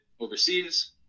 overseas